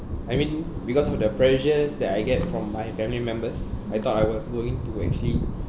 I mean because of the pressures that I get from my family members I thought I was going to actually